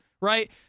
right